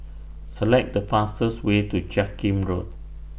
Select The fastest Way to Jiak Kim Road